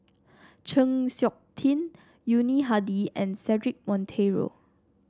Chng Seok Tin Yuni Hadi and Cedric Monteiro